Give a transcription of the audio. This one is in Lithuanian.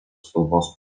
spalvos